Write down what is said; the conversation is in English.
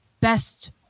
best